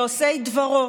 עושי דברו.